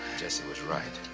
jesse was right.